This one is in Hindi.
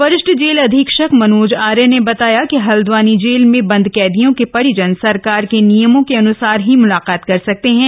वरिष्ठ जेल अधीक्षक मनोज आर्य ने बताया कि हल्द्वानी जेल में बंद कैदियों के परिजन सरकार के नियमों के अनुसार ही मुलाकात कर सकेंगे